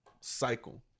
cycle